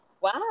Wow